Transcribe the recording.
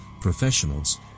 professionals